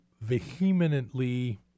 vehemently